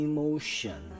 Emotion